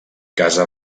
casa